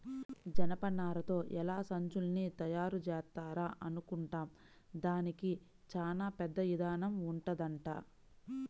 జనపనారతో ఎలా సంచుల్ని తయారుజేత్తారా అనుకుంటాం, దానికి చానా పెద్ద ఇదానం ఉంటదంట